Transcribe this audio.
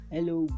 Hello